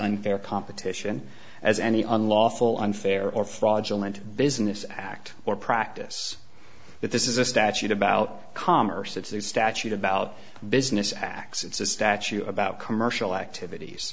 unfair competition as any unlawful unfair or fraudulent business act or practice that this is a statute about commerce it's the statute about business acts it's a statue about commercial activities